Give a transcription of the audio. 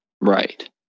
Right